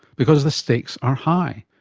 because the stakes are high.